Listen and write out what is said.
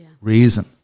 reason